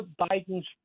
Biden's